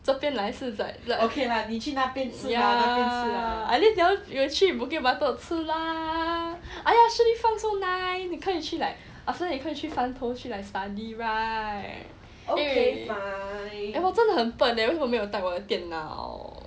这边来是 like like at least 有去 bukit batok 吃 lah !aiya! Shi Li Fang so nice 你可以去 like after that 你可以去 like study right 我真的很笨 leh 为什么没有带我的电脑